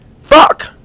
Fuck